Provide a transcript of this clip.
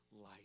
light